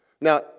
Now